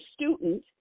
student